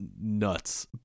nuts